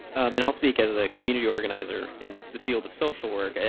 and i'll speak as a community organizer in the field of social work.